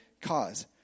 cause